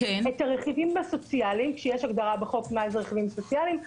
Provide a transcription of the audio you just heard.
את הרכיבים הסוציאליים כשיש הגדרה בחוק מהם רכיבים סוציאליים,